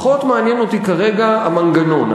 פחות מעניין אותי כרגע המנגנון.